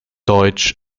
deutsch